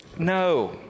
No